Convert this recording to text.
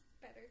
better